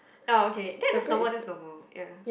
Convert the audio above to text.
oh okay that that's normal that's normal ya